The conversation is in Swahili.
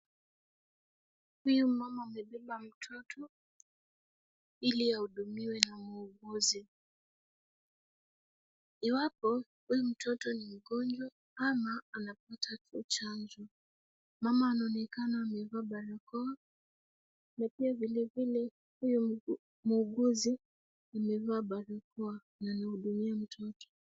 Huyu mama amebeba mtoto ili ahudumiwe na muuguzi. Iwapo huyu mtoto ni mgonjwa ama anapata tu chanjo. Mama anaonekana amevaa barakoa na pia vilevile, huyo muuguzi amevaa barakoa na anahudumia mtoto.